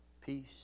Peace